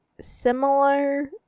similar